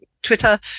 Twitter